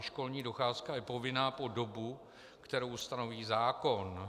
Školní docházka je povinná po dobu, kterou stanoví zákon.